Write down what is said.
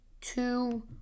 two